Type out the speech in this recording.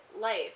life